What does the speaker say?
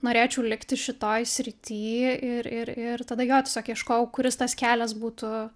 norėčiau likti šitoj srity ir ir ir tada jo tiesiog ieškojau kuris tas kelias būtų